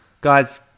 guys